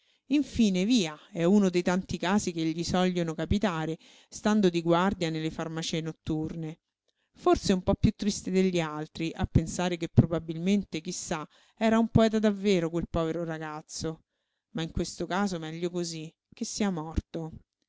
infine via è uno dei tanti casi che gli sogliono capitare stando di guardia nelle farmacie notturne forse un po piú triste degli altri a pensare che probabilmente chi sa era un poeta davvero quel povero ragazzo ma in questo caso meglio cosí che sia morto